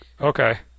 Okay